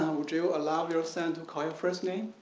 would you allow your son to call your first name?